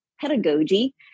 pedagogy